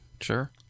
Sure